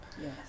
Yes